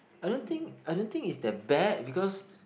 I don't think I don't think it's that bad because